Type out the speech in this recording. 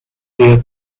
their